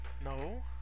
No